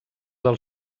del